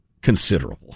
considerable